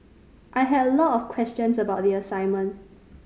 I had a lot of questions about the assignment